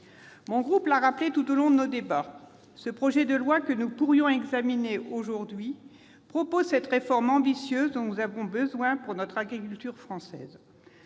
Mon groupe l'a rappelé tout au long de nos débats, le projet de loi que nous pourrions examiner aujourd'hui propose cette réforme ambitieuse dont l'agriculture française